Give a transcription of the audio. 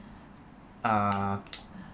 uh